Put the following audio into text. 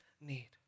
need